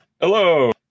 Hello